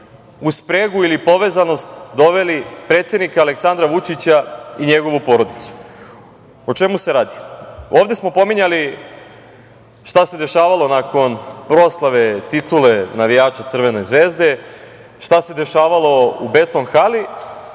u spregu ili povezanost doveli predsednika Aleksandra Vučića i njegovu porodicu.O čemu se radi? Ovde smo pominjali šta se dešavalo nakon proslave titule navijača Crvene Zvezde, šta se dešavalo u Beton hali.